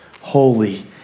holy